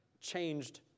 changed